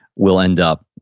we'll end up,